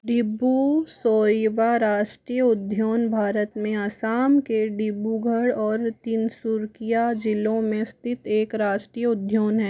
डिब्रू सोईवा राष्ट्रीय उद्यान भारत में आसाम के डिब्रूगढ़ और तिनसुरकिया जिलों में स्थित एक राष्ट्रीय उद्यान है